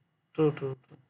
true true